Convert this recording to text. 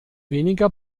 weniger